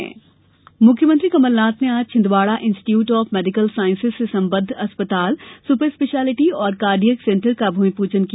कमलनाथ मुख्यमंत्री कमलनाथ ने आज Chhindwara institute of medical sciences से संबद्ध अस्पताल सुपर स्पेशिलिटी और कार्डियक सेण्टर का भूमिप्रजन किया